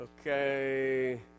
Okay